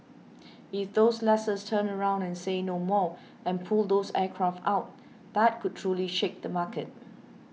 if those lessors turn around and say no more and pull those aircraft out that could truly shake the market